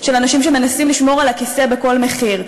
של אנשים שמנסים לשמור על הכיסא בכל מחיר.